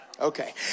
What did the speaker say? okay